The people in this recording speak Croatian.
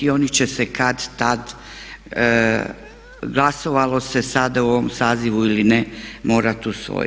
I oni će se kad-tad, glasovalo se sada u ovom sazivu ili ne morat usvojit.